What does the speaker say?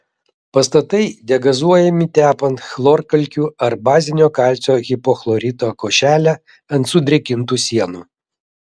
pastatai degazuojami tepant chlorkalkių ar bazinio kalcio hipochlorito košelę ant sudrėkintų sienų